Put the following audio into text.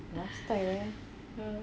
last time leh